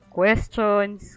Questions